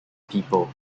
people